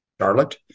Charlotte